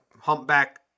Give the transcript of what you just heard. humpback